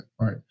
Right